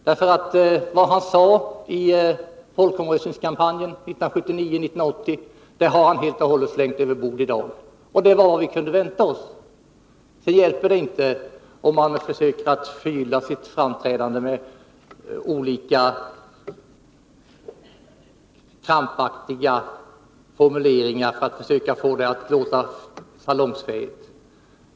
Det han sade i folkomröstningskampanjen 1979-1980 har han helt och hållet slängt över bord i dag. Det var vad vi kunde vänta oss. Sedan hjälper det inte att han försöker förgylla sitt framträdande med olika krampaktiga formuleringar för att få det att låta salongsfähigt.